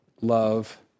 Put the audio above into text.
love